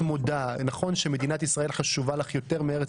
נכון שמדינת ישראל חשובה לך יותר מארץ